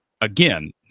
again